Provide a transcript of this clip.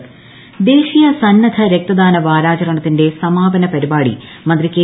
രക്തദാന വാരാചരണം ദേശീയ സന്നദ്ധ രക്തദാന വാരാചരണത്തിന്റെ സമാപന പരിപാടി മന്ത്രി കെ